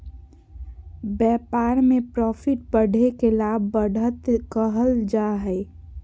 व्यापार में प्रॉफिट बढ़े के लाभ, बढ़त कहल जा हइ